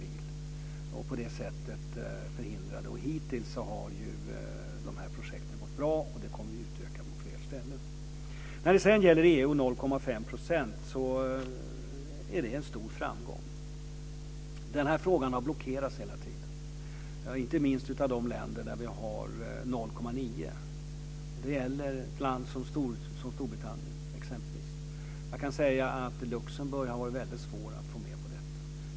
Hittills har de projekten gått bra, och vi kommer att utöka dem till fler ställen. Elver Jonsson talar om gränsvärdet 0,5 promille och EU. Europaparlamentets beslut är en stor framgång. Frågan har blockerats, inte minst av de länder som har gränsvärdet 0,9. Det gäller exempelvis Storbritannien. Det har också varit svårt att få med Luxemburg.